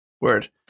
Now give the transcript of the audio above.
Word